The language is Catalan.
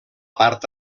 part